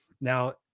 Now